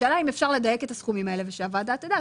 השאלה אם אפשר לדייק את הסכומים האלה ושהוועדה תדע.